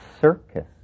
circus